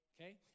Okay